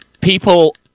people